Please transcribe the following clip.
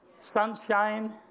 sunshine